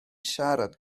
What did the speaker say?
siarad